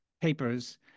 papers